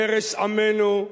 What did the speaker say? ערש עמנו,